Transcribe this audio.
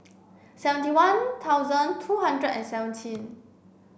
seventy one thousand two hundred and seventeen